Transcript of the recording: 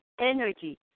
energy